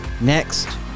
Next